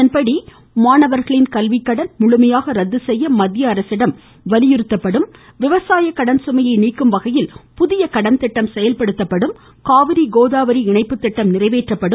இதன்படி மாணவர்களின் கல்விக்கடன் முழுமையாக ரத்து செய்ய மத்திய அரசிடம் வலியுறுத்தப்படும் விவசாய கடன்சுமையை நீக்கும் வகையில் புதிய கடன் திட்டம் செயல்படுத்தப்படும் காவிரி கோதாவரி இணைப்புத்திட்டம் நிறைவேற்றப்படும்